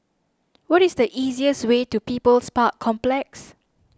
what is the easiest way to People's Park Complex